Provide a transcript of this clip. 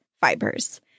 fibers